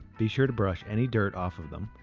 be sure to brush any dirt off of them,